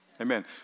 Amen